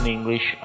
English